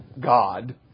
God